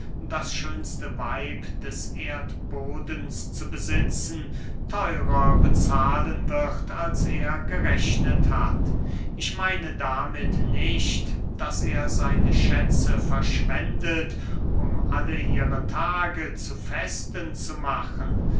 das schönste weib des erdbodens zu besitzen theurer bezahlen wird als er gerechnet hat ich meine damit nicht daß er seine schätze verschwendet um alle ihre tage zu festen zu machen